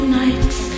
nights